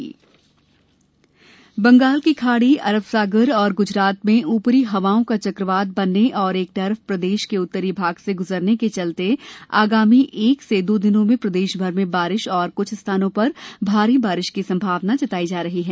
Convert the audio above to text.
monsoon Bengal की खाड़ी अरब सागर और गुजरात में ऊपरी हवाओं का चक्रवात बनने और एक ट्रफ प्रदेश के उत्तरी भाग से गुजरने के चलते आगामी एक से दो दिनों में प्रदेश भर में बारिश और कुछ स्थानों पर भारी बारिश की संभावना जताई जा रही है